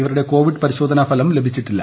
ഇവരുടെ കോവിഡ് പരിശോധനാ ഫലം ലഭിച്ചിട്ടില്ല